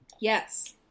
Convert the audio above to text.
Yes